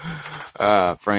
Frank